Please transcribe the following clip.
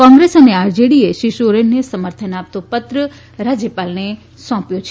કોગ્રેસ અને આરજેડીએ શ્રી સોરેનને સમર્થન આપતો પત્ર રાજયપાલને સોપ્યો છે